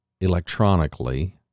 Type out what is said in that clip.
electronically